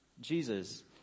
Jesus